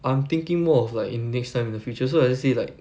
I'm thinking more of like in next time in the future so let's say like